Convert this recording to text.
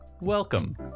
Welcome